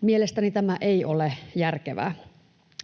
Mielestäni tämä ei ole järkevää.